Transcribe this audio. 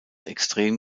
extrem